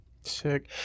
Sick